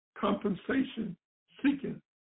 compensation-seeking